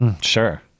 Sure